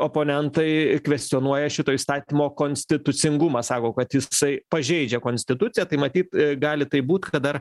oponentai kvestionuoja šito įstatymo konstitucingumą sako kad jisai pažeidžia konstituciją tai matyt gali taip būt kad dar